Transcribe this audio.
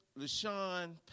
LaShawn